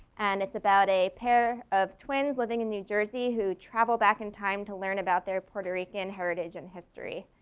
and it's about a pair of twins living in new jersey who traveled back in time to learn about their puerto rican heritage and history.